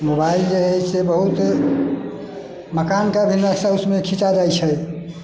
mobile जे है बहुत मकान के भी नक़्शा उसमे खीचा जाइ छै